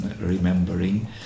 remembering